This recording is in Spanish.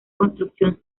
construcción